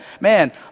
man